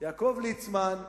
יעקב ליצמן,